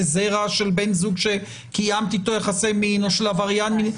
זרע של בן זוג שקיימת אתו יחסי מין או של עבריין מין,